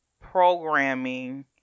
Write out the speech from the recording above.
programming